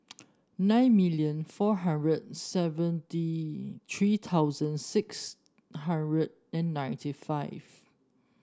nine million four hundred seventy three thousand six hundred and ninety five